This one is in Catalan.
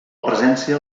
presència